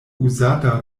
uzata